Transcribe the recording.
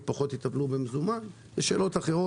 פחות יתעסקו במזומן אלה שאלות אחרות.